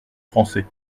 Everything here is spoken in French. français